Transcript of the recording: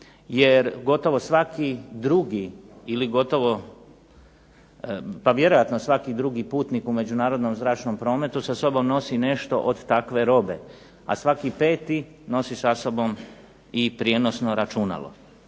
jer gotovo svaki drugi ili gotovo pa vjerojatno svaki drugi putnik u međunarodnom zračnom prometu sa sobom nosi nešto od takve robe, a svaki peti nosi sa sobom i prijenosno računalo.